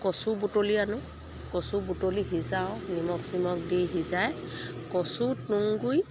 কচু বুটলি আনো কচু বুটলি সিজাওঁ নিমখ চিমখ দি সিজাই কচু তুঁহ গুৰি